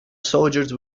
soldiers